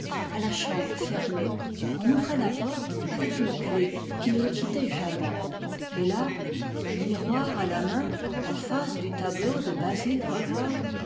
à la chambre fermée en ouvrait la porte avec une clef qui ne le quittait jamais et là un miroir à la main en face du tableau de basil hallward